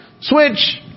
switch